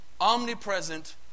Omnipresent